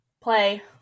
play